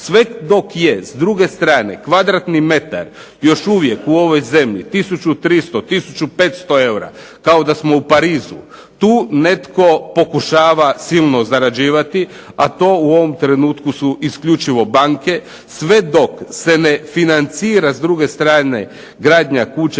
Sve dok je, s druge strane, kvadratni metar još uvijek u ovoj zemlji 1300, 1500 eura, kao da smo u Parizu, tu netko pokušava silno zarađivati, a to u ovom trenutku su isključivo banke. Sve dok se ne financira, s druge strane, gradnja kuća